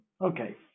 Okay